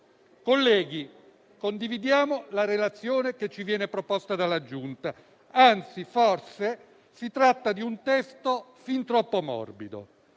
Colleghi, condividiamo la relazione che ci viene proposta dalla Giunta; anzi, forse si tratta di un testo fin troppo morbido.